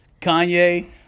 Kanye